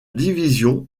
division